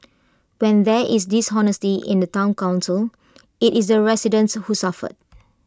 when there is dishonesty in the Town Council IT is the residents who suffer